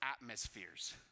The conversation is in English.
atmospheres